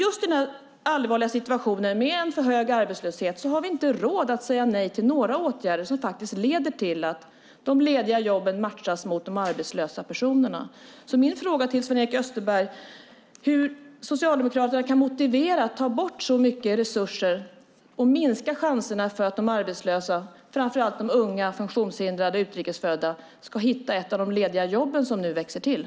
I den allvarliga situationen med en alltför hög arbetslöshet har vi inte råd att säga nej till några åtgärder som faktiskt leder till att de lediga jobben matchas mot de arbetslösa personerna. Min fråga till Sven-Erik Österberg är hur Socialdemokraterna kan motivera att ta bort så mycket resurser och minska chanserna för de arbetslösa, framför allt de unga, de funktionshindrade och de utrikes födda, att hitta ett av de lediga jobb som nu växer till.